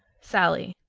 sallie.